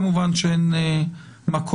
כמובן שאין מקום,